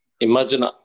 imagine